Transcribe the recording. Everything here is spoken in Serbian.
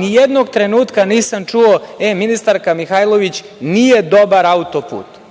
nijednog trenutka nisam čuo - e, ministarka Mihajlović, nije dobar auto-put,